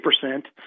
percent